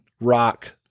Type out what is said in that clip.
rock